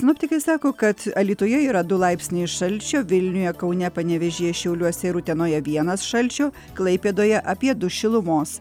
sinoptikai sako kad alytuje yra du laipsniai šalčio vilniuje kaune panevėžyje šiauliuose ir utenoje vienas šalčio klaipėdoje apie du šilumos